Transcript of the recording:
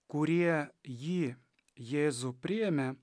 kurie jį jėzų priėmė